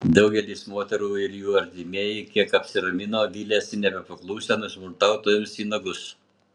daugelis moterų ir jų artimieji kiek apsiramino vylėsi nebepakliūsią smurtautojams į nagus